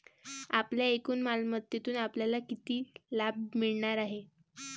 आपल्या एकूण मालमत्तेतून आपल्याला किती लाभ मिळणार आहे?